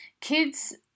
kids